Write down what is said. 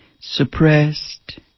suppressed